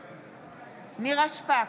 נגד נירה שפק,